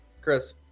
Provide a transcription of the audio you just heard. chris